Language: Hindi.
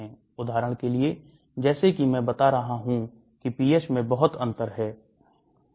उदाहरण के लिए जैसे कि मैं बता रहा हूं की pH मैं बहुत अंतर है